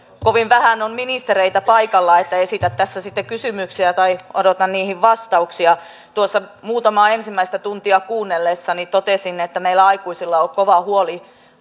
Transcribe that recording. kovin vähän on ministereitä paikalla että esitä tässä sitten kysymyksiä tai odota niihin vastauksia tuossa muutamaa ensimmäistä tuntia kuunnellessani totesin että meillä aikuisilla on kova huoli